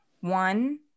One